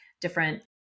different